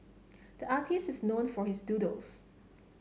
the artist is known for his doodles